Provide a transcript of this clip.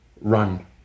run